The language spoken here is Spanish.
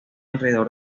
alrededor